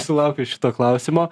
sulaukiu šito klausimo